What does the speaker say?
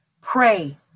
pray